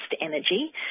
energy